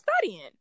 studying